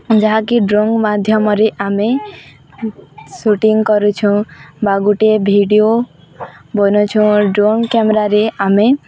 ଯାହାକି ଡ୍ରୋନ୍ ମାଧ୍ୟମରେ ଆମେ ସୁଟିଙ୍ଗ କରୁଛୁଁ ବା ଗୋଟିଏ ଭିଡ଼ିଓ ବନଛୁଁ ଡ୍ରୋନ୍ କ୍ୟାମେରାରେ ଆମେ